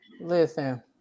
Listen